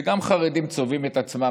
וגם חרדים צובעים את עצמם,